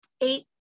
eight